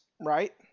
right